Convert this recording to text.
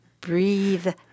Breathe